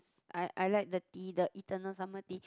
I I like the tea the eternal summer tea